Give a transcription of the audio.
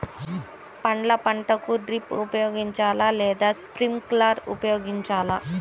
పండ్ల పంటలకు డ్రిప్ ఉపయోగించాలా లేదా స్ప్రింక్లర్ ఉపయోగించాలా?